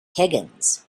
higgins